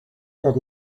that